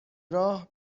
راه